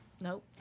Nope